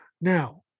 Now